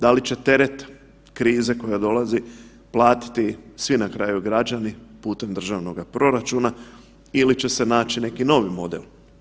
Da li će teret krize koja dolazi platiti svi na kraju građani putem državnoga proračuna ili će se naći neki novi model?